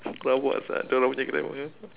rabak sia dia orang punya grammar